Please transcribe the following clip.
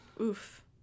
Oof